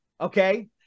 okay